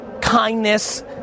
kindness